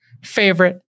favorite